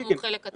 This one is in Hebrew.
שבדקנו חלק קטן.